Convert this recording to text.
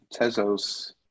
Tezos